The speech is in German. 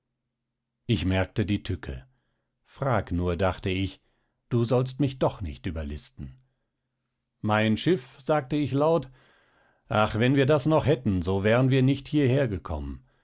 ich merkte die tücke frag nur dachte ich du sollst mich doch nicht überlisten mein schiff sagte ich laut ach wenn wir das noch hätten so wären wir nicht hierher gekommen